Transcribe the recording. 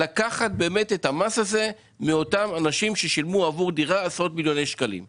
לקחת את המס הזה מאותם אנשים ששילמו עשרות מיליוני שקלים עבור דירה.